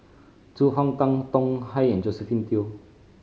Zhu Hong Tan Tong Hye and Josephine Teo